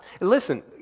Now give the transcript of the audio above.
Listen